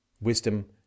Wisdom